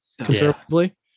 conservatively